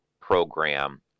program